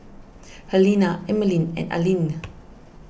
Helena Emeline and Aline